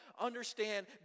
understand